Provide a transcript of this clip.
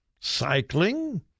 cycling